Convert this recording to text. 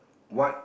what